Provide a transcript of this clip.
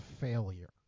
failure